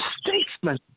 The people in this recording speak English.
statesman